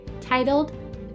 titled